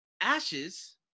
ashes